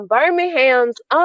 Birmingham's